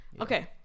Okay